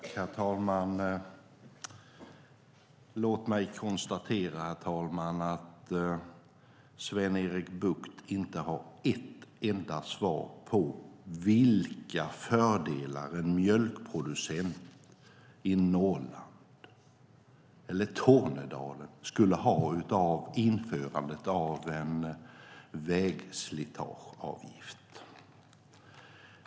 Herr talman! Låt mig konstatera att Sven-Erik Bucht inte har ett enda svar på vilka fördelar en mjölkproducent i Norrland eller Tornedalen skulle ha av införandet av en vägslitageavgift.